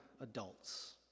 adults